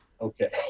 Okay